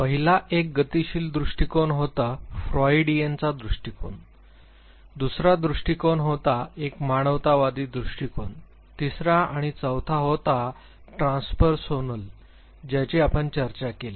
पहिला एक गतीशील दृष्टिकोन होता फ्रॉडियनचा दृष्टिकोन दृष्टिकोन दुसरा होता एक मानवतावादी दृष्टिकोन तिसरा आणि चौथा होता ट्रान्सपरसोनल ज्यांची आंपण चर्चा केली